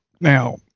Now